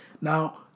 Now